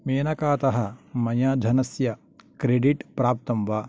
मेनकातः मया धनस्य क्रेडिट् प्राप्तं वा